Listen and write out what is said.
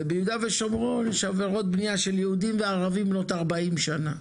וביהודה ושומרון יש עבירות בנייה של יהודים וערבים בנות 40 שנה,